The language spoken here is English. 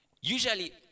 Usually